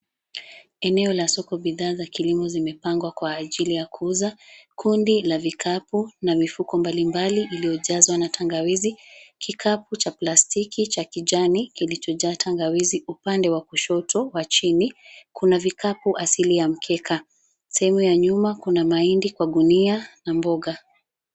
Eneo la soko, bidhaa za kilimo zimepangwa kwa ajili ya kuuza. Kundi la vikapu na mifuko mbali mbali iliyojazwa na tangawizi. Kikapu cha plastiki cha kijani kilichojaa tangawizi. Upande wa kushoto wa chini kuna vikapu asili ya mkeka. Sehemu ya nyuma kuna mahindi kwa gunia na mboga.